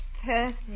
perfect